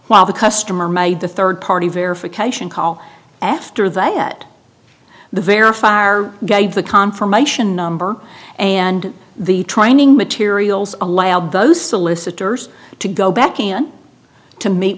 while the customer made the rd party verification call after that the verify are gave the confirmation number and the training materials allowed those solicitors to go back in to meet